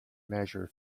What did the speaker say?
measure